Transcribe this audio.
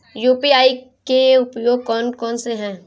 UPI के उपयोग कौन कौन से हैं?